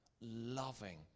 loving